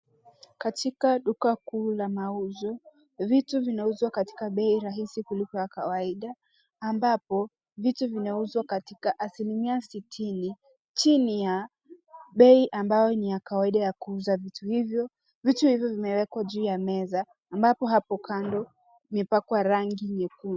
Katika duka kuu la mauzo, vitu vinauzwa katika bei rahisi kuliko ya kawaida, ambapo vitu vinauzwa katika asilimia sitini chini ya bei ambayo ni ya kawaida ya kuuza vitu hivyo. Vitu hivyo vimewekwa juu ya meza ambapo hapo kando imepakwa rangi nyekundu.